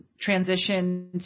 transition